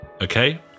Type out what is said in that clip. Okay